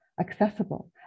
accessible